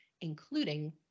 including